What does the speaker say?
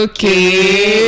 Okay